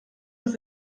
uns